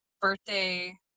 birthday